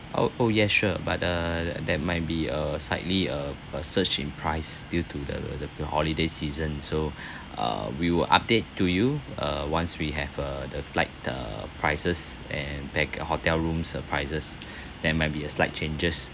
oh oh yes sure but uh that might be a slightly a a surge in price due to the the the holiday season so uh we will update to you uh once we have uh the flight the prices and pac~ hotel room's prices there might be a slight changes